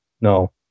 No